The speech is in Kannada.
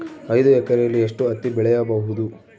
ಐದು ಎಕರೆಯಲ್ಲಿ ಎಷ್ಟು ಹತ್ತಿ ಬೆಳೆಯಬಹುದು?